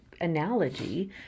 Analogy